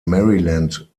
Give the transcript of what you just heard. maryland